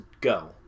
go